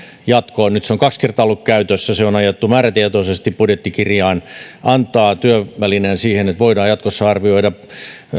jatkoon nyt se on kaksi kertaa ollut käytössä se on ajettu määrätietoisesti budjettikirjaan se antaa työvälineen siihen että voidaan jatkossa arvioida